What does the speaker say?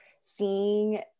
seeing